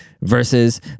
versus